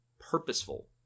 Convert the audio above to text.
purposeful